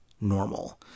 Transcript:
normal